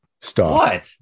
Stop